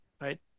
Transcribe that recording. right